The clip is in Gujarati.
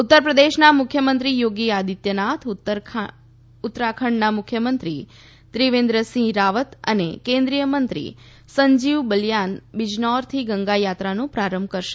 ઉત્તરપ્રદેશના મુખ્યમંત્રી યોગી આદિત્યનાથ ઉત્તરાખંડના મુખ્યમંત્રી ત્રિવેન્દ્ર સિંહ રાવત અને કેન્દ્રીય મંત્રી સંજીવ બલીયાન બીજનૌરથી ગંગા યાત્રાનો પ્રારંભ કરાવશે